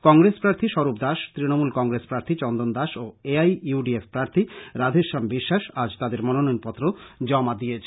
কংগ্রেস প্রার্থী স্বরূপ দাস তৃণমূল কংগ্রেস প্রার্থী চন্দন দাস ও এআই ইউ ডি এফ প্রার্থী রাধেশ্যাম বিশ্বাস আজ তাদের মনোনয়নপত্র জমা দিয়েছেন